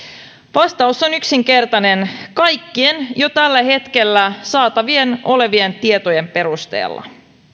vastaus on yksinkertainen kaikkien jo tällä hetkellä saatavilla olevien tietojen perusteella